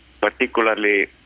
particularly